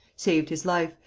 saved his life,